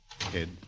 Head